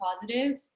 positive